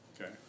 Okay